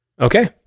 Okay